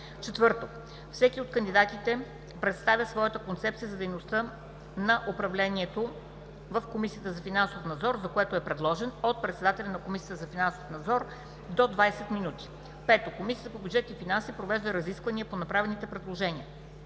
4. Всеки от кандидатите представя своята концепция за дейността на управлението в Комисията за финансов надзор, за което е предложен от председателя на Комисията за финансов надзор – до 20 минути. 5. Комисията по бюджет и финанси провежда разисквания по направените предложения.